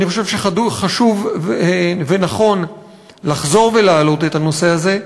אני חושב שחשוב ונכון לחזור ולהעלות את הנושא הזה,